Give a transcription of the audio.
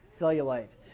cellulite